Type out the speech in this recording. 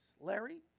Larry